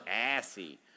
assy